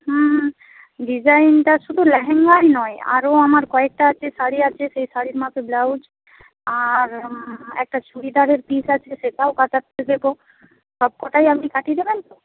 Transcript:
হুম ডিজাইনটা শুধু লেহেঙ্গাই নয় আরও আমার কয়েকটা আছে শাড়ি আছে সেই শাড়ির মাপে ব্লাউজ আর একটা চুড়িদারের পিস আছে সেটাও কাটাতে দেবো সব কটাই আপনি কাটিয়ে দেবেন তো